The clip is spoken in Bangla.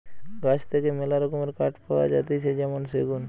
গাছ থেকে মেলা রকমের কাঠ পাওয়া যাতিছে যেমন সেগুন